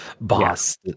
boss